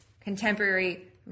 contemporary